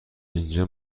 اینجا